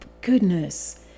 goodness